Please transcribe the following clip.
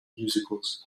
musicals